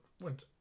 went